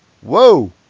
Whoa